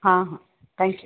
हां हां थँक्यू